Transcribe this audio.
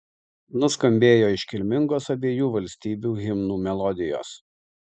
nuskambėjo iškilmingos abiejų valstybių himnų melodijos